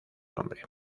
nombre